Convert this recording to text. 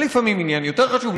לפעמים עניין יותר חשוב,